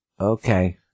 Okay